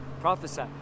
prophesy